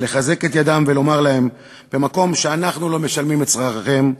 לחזק את ידם ולומר להם: במקום שאנחנו לא משלמים את שכרכם,